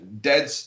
dead